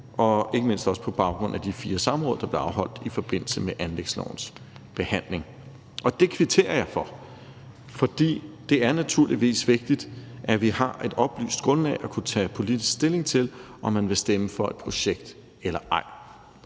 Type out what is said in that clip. og ikke mindst på baggrund af de fire samråd, der blev afholdt i forbindelse med anlægslovens behandling. Og det kvitterer jeg for, for det er naturligvis vigtigt, at vi har et oplyst grundlag for at kunne tage politisk stilling til, om man vil stemme for et projekt eller ej.